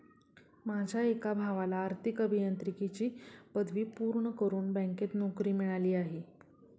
माझ्या एका भावाला आर्थिक अभियांत्रिकीची पदवी पूर्ण करून बँकेत नोकरी मिळाली आहे